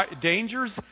dangers